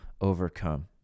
overcome